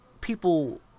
people